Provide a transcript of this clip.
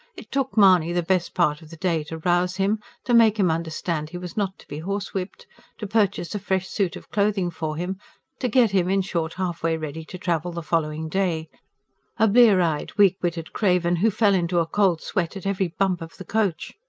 it took mahony the best part of the day to rouse him to make him understand he was not to be horsewhipped to purchase a fresh suit of clothing for him to get him, in short, halfway ready to travel the following day a blear-eyed, weak-witted craven, who fell into a cold sweat at every bump of the coach.